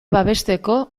babesteko